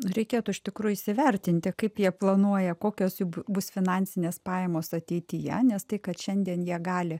reikėtų iš tikro įsivertinti kaip jie planuoja kokios jų bus finansinės pajamos ateityje nes tai kad šiandien jie gali